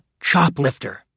Choplifter